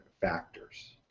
factors